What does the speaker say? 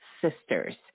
sisters